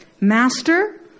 Master